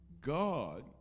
God